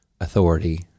authority